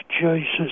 Jesus